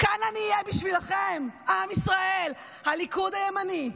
כאן אני אהיה בשבילכם, עם ישראל, הליכוד הימני.